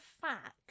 fact